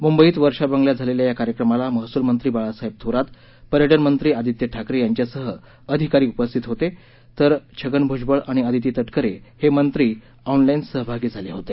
मुंबईत वर्षा बंगल्यात झालेल्या या कार्यक्रमाला महसूल मंत्री बाळासाहेब थोरात पर्यटन मंत्री आदित्य ठाकरे यांच्यासह आधिकारी उपस्थित होते तर छगन भुजबळ आणि अदिती तटकरे हे मंत्री ऑनलाईन सहभागी झाले होते